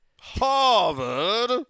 Harvard